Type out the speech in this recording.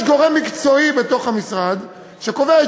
יש גורם מקצועי בתוך המשרד שקובע את